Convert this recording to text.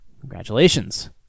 Congratulations